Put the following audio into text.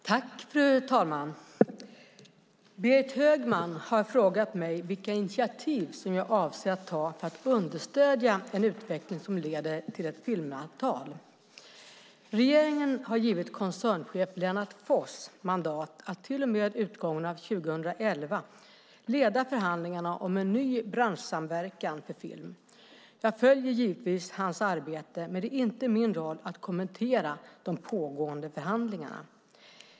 Fru talman! Berit Högman har frågat mig vilka initiativ jag avser att ta för att understödja en utveckling som leder till ett filmavtal. Regeringen har givit koncernchef Lennart Foss mandat att till och med utgången av 2011 leda förhandlingarna om en ny branschsamverkan för film. Jag följer givetvis hans arbete, men det är inte min roll att kommentera de pågående förhandlingarna.